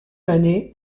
année